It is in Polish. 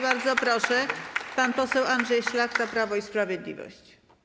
Bardzo proszę, pan poseł Andrzej Szlachta, Prawo i Sprawiedliwość.